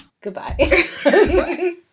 Goodbye